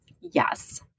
Yes